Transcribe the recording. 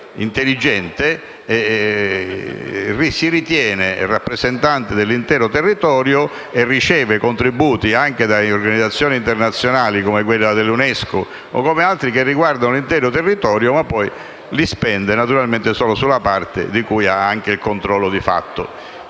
intelligente, si ritiene rappresentante dell'intero territorio e riceve contributi anche da organizzazioni internazionali come l'UNESCO che riguardano l'intero territorio, ma poi naturalmente li spende solo sulla parte di cui ha anche il controllo di fatto.